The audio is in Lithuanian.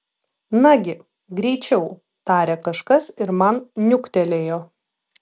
nagi greičiau tarė kažkas ir man niuktelėjo